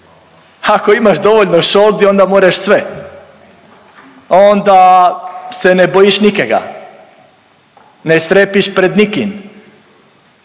ako imaš dovoljno šoldi onda moreš sve, a onda se ne bojiš nikega, ne strepiš pred nikim